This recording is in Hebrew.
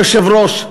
אדוני היושב-ראש,